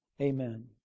Amen